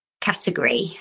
category